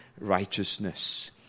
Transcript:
righteousness